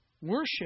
Worship